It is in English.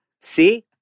See